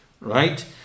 right